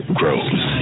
grows